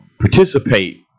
participate